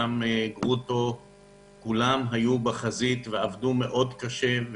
איתמר גרוטו כולם היו בחזית ועבדו מאוד קשה,